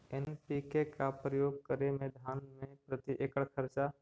NPK का प्रयोग करे मे धान मे प्रती एकड़ खर्चा?